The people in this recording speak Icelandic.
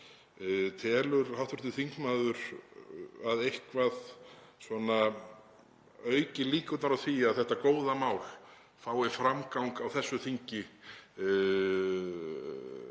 Telur hv. þingmaður að eitthvað auki líkurnar á því að þetta góða mál fái framgang á þessu þingi?